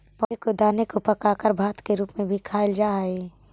पौधों के दाने को पकाकर भात के रूप में भी खाईल जा हई